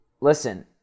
listen